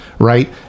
Right